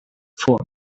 fort